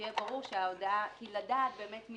שיהיה ברור שההודעה --- כי